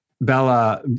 bella